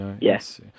Yes